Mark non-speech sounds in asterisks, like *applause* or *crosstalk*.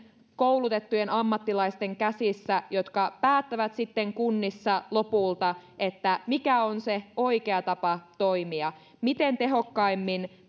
koulutettujen ammattilaisten käsissä jotka päättävät sitten kunnissa lopulta mikä on se oikea tapa toimia miten tehokkaimmin *unintelligible*